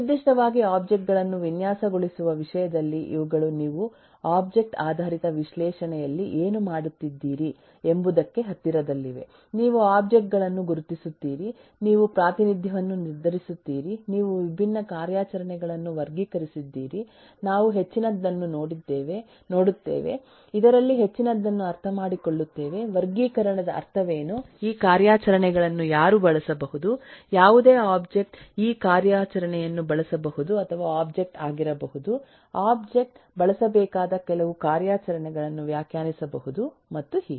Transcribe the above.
ನಿರ್ದಿಷ್ಟವಾಗಿ ಒಬ್ಜೆಕ್ಟ್ ಗಳನ್ನು ವಿನ್ಯಾಸಗೊಳಿಸುವ ವಿಷಯದಲ್ಲಿ ಇವುಗಳು ನೀವು ಒಬ್ಜೆಕ್ಟ್ ಆಧಾರಿತ ವಿಶ್ಲೇಷಣೆಯಲ್ಲಿ ಏನು ಮಾಡುತ್ತಿದ್ದೀರಿ ಎಂಬುದಕ್ಕೆ ಹತ್ತಿರದಲ್ಲಿವೆ ನೀವು ಒಬ್ಜೆಕ್ಟ್ ಗಳನ್ನು ಗುರುತಿಸುತ್ತೀರಿ ನೀವು ಪ್ರಾತಿನಿಧ್ಯವನ್ನು ನಿರ್ಧರಿಸುತ್ತೀರಿ ನೀವು ವಿಭಿನ್ನ ಕಾರ್ಯಾಚರಣೆಗಳನ್ನು ವರ್ಗೀಕರಿಸಿದ್ದೀರಿ ನಾವು ಹೆಚ್ಚಿನದನ್ನು ನೋಡುತ್ತೇವೆ ಇದರಲ್ಲಿ ಹೆಚ್ಚಿನದನ್ನು ಅರ್ಥಮಾಡಿಕೊಳ್ಳುತ್ತೇವೆ ವರ್ಗೀಕರಣದ ಅರ್ಥವೇನು ಈ ಕಾರ್ಯಾಚರಣೆಗಳನ್ನು ಯಾರು ಬಳಸಬಹುದು ಯಾವುದೇ ಒಬ್ಜೆಕ್ಟ್ ಆ ಕಾರ್ಯಾಚರಣೆಯನ್ನು ಬಳಸಬಹುದು ಅಥವಾ ಒಬ್ಜೆಕ್ಟ್ ಆಗಿರಬಹುದು ಒಬ್ಜೆಕ್ಟ್ ಬಳಸಬೇಕಾದ ಕೆಲವು ಕಾರ್ಯಾಚರಣೆಗಳನ್ನು ವ್ಯಾಖ್ಯಾನಿಸಬಹುದು ಮತ್ತು ಹೀಗೆ